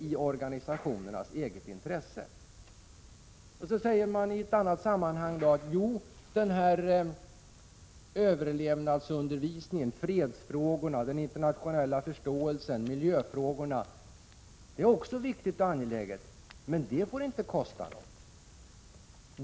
I ett annat sammanhang sägs att det är viktigt och angeläget med undervisning i överlevnadsfrågor, fredsfrågor, miljöfrågor och internationell förståelse, men den får inte kosta något.